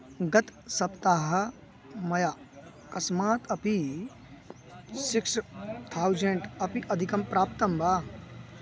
गतसप्ताहः मया कस्मात् अपि सिक्स् थौज़ेण्ड् अपि अधिकं प्राप्तं वा